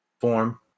form